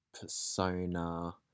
Persona